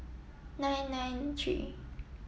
nine nine three